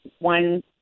one